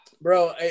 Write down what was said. bro